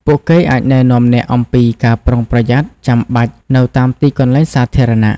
ពួកគេអាចណែនាំអ្នកអំពី ការប្រុងប្រយ័ត្ន ចាំបាច់នៅតាមទីកន្លែងសាធារណៈ។